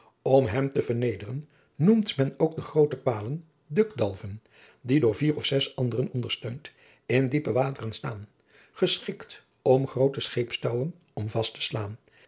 om hem te vernederen noemt men ook de groote palen ducdalven die door vier of zes anderen ondersteund in diepe wateren staan geschikt om groote scheepstouwen om vast te slaan